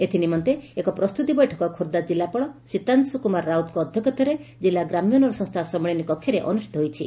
ଏଥିନିମନ୍ତେ ଏକ ପ୍ରସ୍ତୁତି ବୈଠକ ଖୋର୍ବ୍ଧା ଜିଲ୍ଲାପାଳ ସୀତାଂଶୁ କୁମାର ରାଉତଙ୍ଙ ଅଧ୍ଧକ୍ଷତାରେ ଜିଲ୍ଲା ଗ୍ରାମ୍ୟ ଉନ୍ନୟନ ସଂସ୍କା ସମ୍ମିଳନୀ କକ୍ଷରେ ଅନୁଷିତ ହୋଇଛି